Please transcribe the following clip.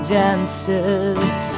dances